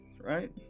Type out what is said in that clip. right